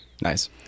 Nice